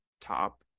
top